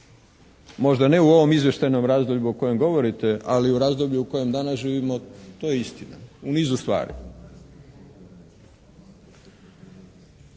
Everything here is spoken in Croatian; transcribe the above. Možda ne u ovom izvještajnom razdoblju o kojem govorite, ali u razdoblju u kojem danas živimo to je istina, u nizu stvari.